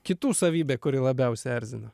kitų savybė kuri labiausia erzina